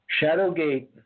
Shadowgate